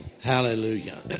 Hallelujah